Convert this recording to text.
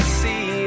see